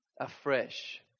afresh